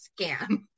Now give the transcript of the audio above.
scam